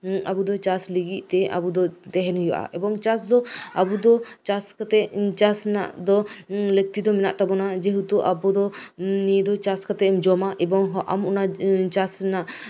ᱟᱵᱚ ᱫᱚ ᱪᱟᱥ ᱞᱟᱹᱜᱤᱫᱛᱮ ᱟᱵᱚ ᱫᱚ ᱛᱟᱸᱦᱮᱱ ᱦᱩᱭᱩᱜᱼᱟ ᱮᱵᱚᱝ ᱪᱟᱥ ᱫᱚ ᱟᱵᱚ ᱫᱚ ᱪᱟᱥ ᱠᱟᱛᱮᱜ ᱪᱟᱥ ᱨᱮᱱᱟᱜ ᱫᱚ ᱞᱟᱹᱠᱛᱤ ᱫᱚ ᱢᱮᱱᱟᱜ ᱛᱟᱵᱳᱱᱟ ᱡᱮᱦᱮᱛᱩ ᱱᱤᱭᱟᱹ ᱫᱚ ᱪᱟᱥ ᱠᱟᱛᱮᱜ ᱮᱢ ᱡᱚᱢᱟ ᱮᱵᱚᱝ ᱟᱢ ᱚᱱᱟ ᱪᱟᱥ ᱨᱮᱱᱟᱜ